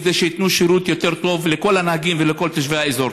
כדי שייתנו שירות יותר טוב לכל הנהגים ולכל תושבי האזור.